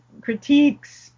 critiques